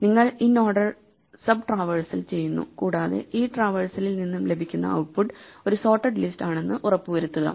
നിങ്ങൾ in order sub traversal ചെയ്യുന്നു കൂടാതെ ഈ ട്രാവേഴ്സലിൽ നിന്നും ലഭിക്കുന്ന ഔട്ട് പുട്ട് ഒരു സോർട്ടഡ് ലിസ്റ്റ് ആണെന്ന് ഉറപ്പുവരുത്തുക